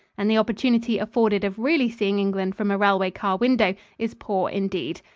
and the opportunity afforded of really seeing england from a railway car window is poor indeed.